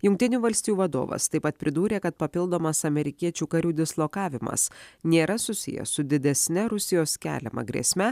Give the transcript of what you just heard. jungtinių valstijų vadovas taip pat pridūrė kad papildomas amerikiečių karių dislokavimas nėra susijęs su didesne rusijos keliama grėsme